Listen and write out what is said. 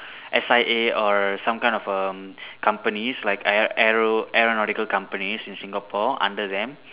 S_I_A or some kind of um companies like aero aeronautical companies in Singapore under them